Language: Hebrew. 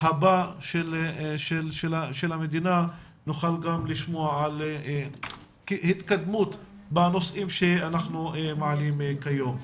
הבא של המדינה נוכל גם לשמוע על התקדמות בנושאים שאנחנו מעלים כיום.